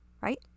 right